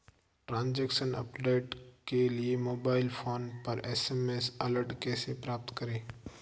Transaction update के लिए mobile phone पर एस.एम.एस अलर्ट कैसे प्राप्त करें?